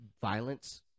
violence